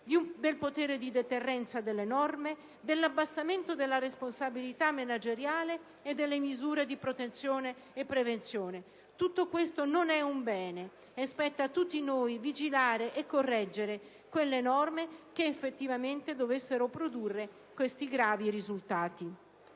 del potere di deterrenza delle norme, dell'abbassamento della responsabilità manageriale e delle misure di protezione e prevenzione. Tutto questo non è un bene, e spetta a tutti noi vigilare e correggere quelle norme che effettivamente dovessero produrre questi gravi risultati.